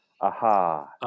Aha